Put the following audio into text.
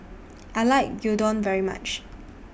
I like Gyudon very much